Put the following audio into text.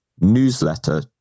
newsletter